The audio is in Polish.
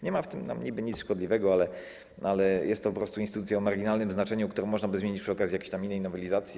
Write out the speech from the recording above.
Nie ma w tym niby nic szkodliwego, ale jest to po prostu instytucja o marginalnym znaczeniu, którą można by zmienić przy okazji jakiejś tam innej nowelizacji.